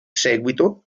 seguito